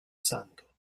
santo